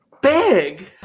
big